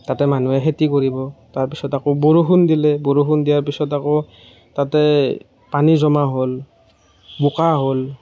তাতে মানুহে খেতি কৰিব তাৰপিছত আকৌ বৰষুণ দিলে বৰষুণ দিয়াৰ পিছত আকৌ তাতে পানী জমা হ'ল বোকা হ'ল